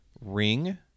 Ring